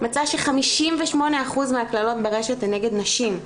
מצא ש-58 אחוזים מהקללות ברשת הן נגד נשים.